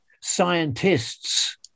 Scientists